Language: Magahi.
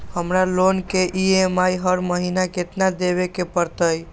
हमरा लोन के ई.एम.आई हर महिना केतना देबे के परतई?